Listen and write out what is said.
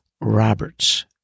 Roberts